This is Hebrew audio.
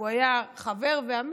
כי הוא היה חבר ועמית,